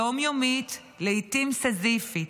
יום-יומית, לעיתים סיזיפית.